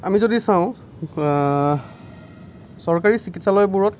আমি যদি চাওঁ চৰকাৰী চিকিৎসালয়বোৰত